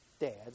dads